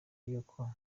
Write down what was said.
yuko